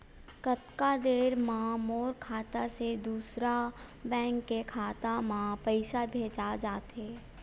कतका देर मा मोर खाता से दूसरा बैंक के खाता मा पईसा भेजा जाथे?